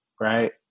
right